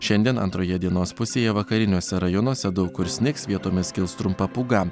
šiandien antroje dienos pusėje vakariniuose rajonuose daug kur snigs vietomis kils trumpa pūga